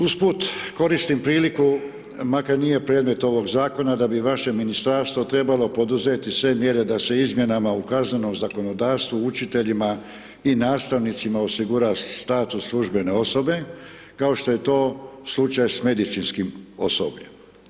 Usput koristim priliku, makar nije predmet ovog zakona, da bi vaše ministarstvo trebalo poduzeti sve mjere da se izmjenama u kaznenom zakonodavstvu učiteljima i nastavnicima osigura status služene osobe, kao što je to slučaj s medicinskim osobljem.